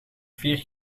vier